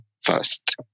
first